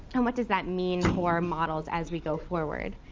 and what does that mean for models as we go forward.